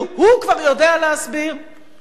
הוא כבר יודע להסביר לאירופה.